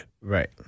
Right